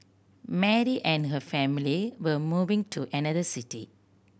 Mary and her family were moving to another city